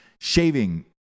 shaving